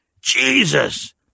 Jesus